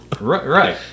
right